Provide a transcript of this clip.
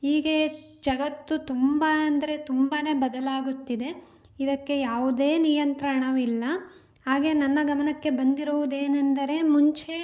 ಹೀಗೆ ಜಗತ್ತು ತುಂಬ ಅಂದರೆ ತುಂಬಾ ಬದಲಾಗುತ್ತಿದೆ ಇದಕ್ಕೆ ಯಾವುದೇ ನಿಯಂತ್ರಣವಿಲ್ಲ ಹಾಗೆ ನನ್ನ ಗಮನಕ್ಕೆ ಬಂದಿರುವುದೇನೆಂದರೆ ಮುಂಚೆ